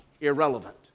irrelevant